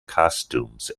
costumes